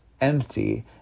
empty